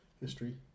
history